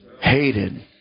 hated